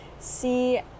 See